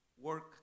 work